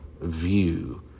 view